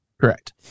Correct